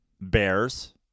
Bears